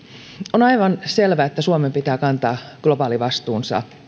on aivan selvää että suomen pitää kantaa globaali vastuunsa